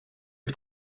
upp